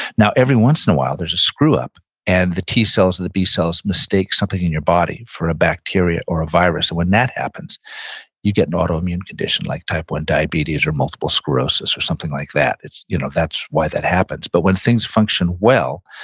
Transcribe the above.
now, every once in a while there's a screw-up and the t cells or the b cells mistake something in your body for a bacteria or a virus, and when that happens you get an autoimmune condition like type one diabetes or multiple sclerosis or something like that. you know that's why that happens but when things function well,